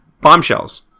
Bombshells